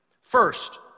First